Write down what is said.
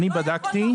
אני בדקתי,